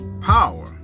power